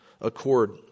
accord